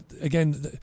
again